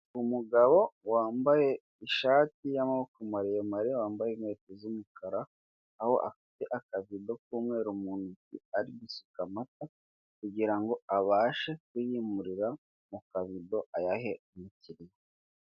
Umugabo wambaye ishati y'amaboko maremare, wambaye inkweto z'umukara aho afite akavido kumweru mu ntoki, ari gusuka amata kugirango abashe kuyimurira mu kavido ayahe umukiriya.